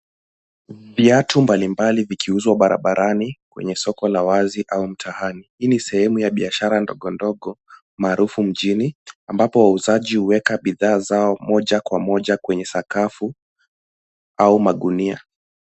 Viatu mbalimbali vikiuzwa barabarani kwenye soko la wazi au mtaani. Hii ni sehemu ya biashara ndogondogo maarufu mjini ambapo wauzaji huweka bidhaa zao moja kwa moja kwenye sakafu au magunia.